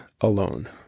alone